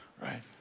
right